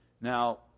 Now